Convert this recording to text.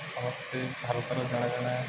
ସମସ୍ତେ ଭାରତର ଜଣେ ଜଣେ